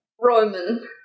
Roman